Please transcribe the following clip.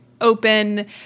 open